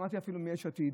שמעתי אפילו מיש עתיד,